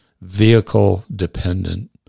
vehicle-dependent